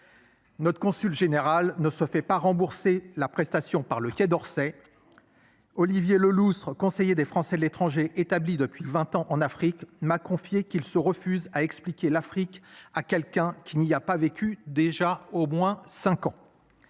Notre consul général ne se fait pas rembourser la prestation par le Quai d'Orsay. Olivier le lustre conseillers des Français de l'étranger établies depuis 20 ans en Afrique m'a confié qu'il se refuse à expliquer l'Afrique à quelqu'un qu'il n'y a pas vécu déjà au moins 5 ans.